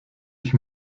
ich